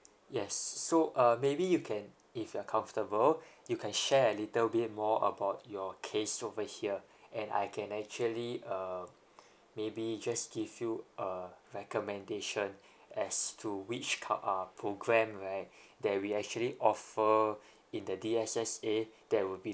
yes so uh maybe you can if you are comfortable you can share a little bit more about your case over here and I can actually uh maybe just give you a recommendation as to which co~ uh program right that we actually offer in the D S S A that will be